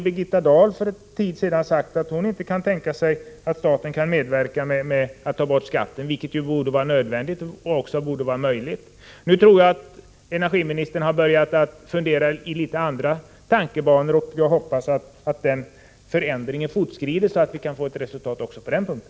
Birgitta Dahl har ju för en tid sedan sagt att hon inte kan tänka sig att staten skall medverka genom att man tar bort skatten, vilket vi anser nödvändigt och också möjligt att genomföra. Jag tror emellertid att energiministern har börjat att tänka i något annorlunda banor, och jag hoppas att tankarna på en förändring fortskrider så att vi kan få ett resultat också på den punkten.